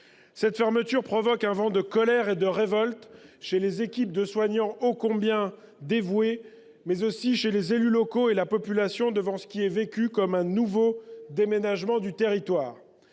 Cette fermeture provoque un vent de colère et de révolte chez les équipes de soignants, ô combien dévoués, mais aussi chez les élus locaux et la population, devant ce qui est vécu comme un nouveau « déménagement » du territoire.